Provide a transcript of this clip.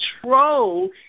control